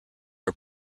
are